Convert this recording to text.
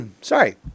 Sorry